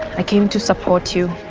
i came to support you